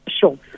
Sure